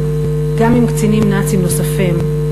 וגם עם קצינים נאצים נוספים,